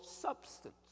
substance